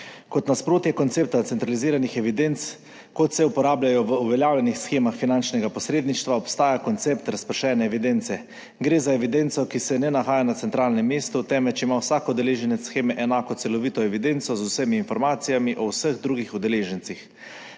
Kot nasprotje koncepta centraliziranih evidenc, kot se uporabljajo v uveljavljenih shemah finančnega posredništva, obstaja koncept razpršene evidence. Gre za evidenco, ki se ne nahaja na centralnem mestu, temveč ima vsak udeleženec sheme enako, celovito evidenco z vsemi informacijami o vseh drugih udeležencih.